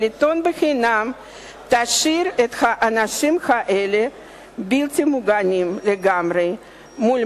עיתון בחינם תשאיר את האנשים האלה בלתי מוגנים לגמרי מול